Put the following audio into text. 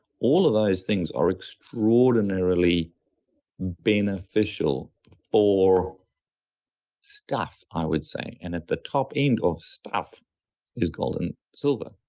all of those things are extraordinarily beneficial for stuff i would say and at the top end of stuff is gold and silver.